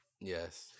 Yes